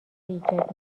ایجاد